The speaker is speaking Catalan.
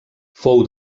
fou